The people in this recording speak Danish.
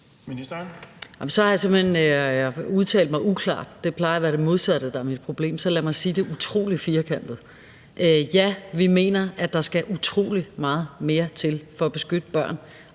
hen udtalt mig uklart. Det plejer at være det modsatte, der er mit problem. Lad mig sige det utrolig firkantet: Ja, vi mener, at der skal utrolig meget mere til for at beskytte børn